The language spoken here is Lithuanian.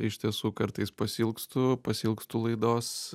iš tiesų kartais pasiilgstu pasiilgstu laidos